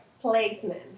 placement